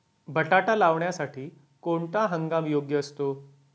बटाटा लावण्यासाठी कोणता हंगाम योग्य असतो?